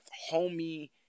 homey